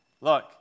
look